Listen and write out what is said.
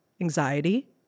Anxiety